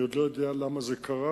אני עוד לא יודע למה זה קרה.